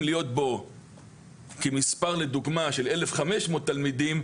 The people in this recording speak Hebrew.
להיות בו כמספר לדוגמה של 1,500 תלמידים,